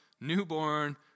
newborn